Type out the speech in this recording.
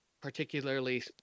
particularly